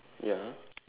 ya